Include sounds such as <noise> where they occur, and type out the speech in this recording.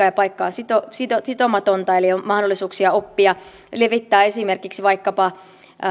<unintelligible> ja paikkaan sitomatonta sitomatonta eli on mahdollisuuksia oppia levittää vaikkapa